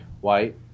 white